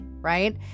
right